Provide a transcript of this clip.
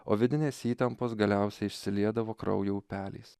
o vidinės įtampos galiausiai išsiliedavo kraujo upeliais